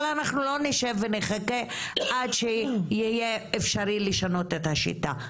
אבל אנחנו לא נשב ונחכה עד שיהיה אפשרי לשנות את השיטה,